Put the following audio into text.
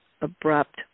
abrupt